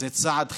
זה צעד חיובי,